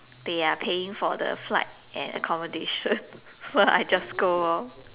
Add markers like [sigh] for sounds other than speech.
they are paying for the flight and accommodation [laughs] so I just go lor